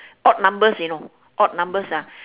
odd numbers you know odd numbers ah